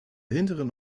hinteren